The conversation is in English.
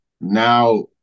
now